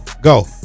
Go